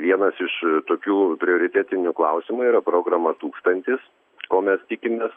vienas iš tokių prioritetinių klausimų yra programa tūkstantis ko mes tikimės